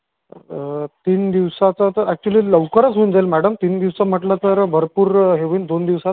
तीन दिवसाचं तर ॲक्चुली लवकरच होऊन जाईल मॅडम तीन दिवस म्हटलं तर भरपूर हे होईल दोन दिवसात होऊन जाईल तो